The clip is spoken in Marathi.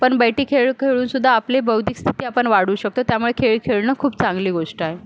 पण बैठी खेळ खेळूनसुद्धा आपली बौद्धिक स्थिती आपण वाढवू शकतो त्यामुळे खेळ खेळणं खूप चांगली गोष्ट आहे